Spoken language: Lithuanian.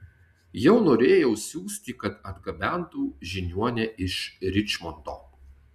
jau norėjau siųsti kad atgabentų žiniuonę iš ričmondo